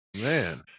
man